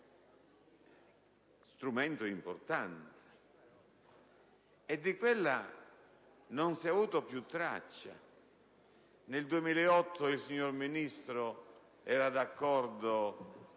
strumento importante, e di quella non si è avuta più traccia. Nel 2008 il signor Ministro era d'accordo